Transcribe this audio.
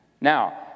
Now